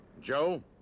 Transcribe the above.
Joe